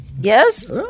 Yes